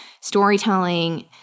storytelling